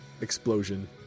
explosion